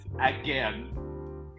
again